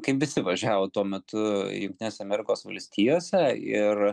kaip visi važiavo tuo metu jungtinėse amerikos valstijose ir